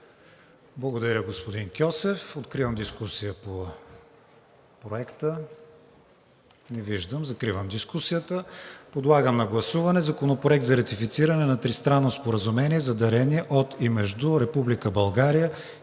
Благодаря, господин Кьосев. Откривам дискусията по Проекта. Не виждам. Закривам дискусията. Подлагам на гласуване Законопроект за ратифициране на Тристранното споразумение за дарение от и между Република България